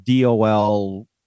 DOL